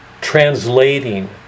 translating